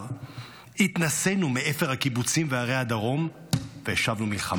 התנשאנו מאפר הקיבוצים וערי הדרום והשבנו מלחמה.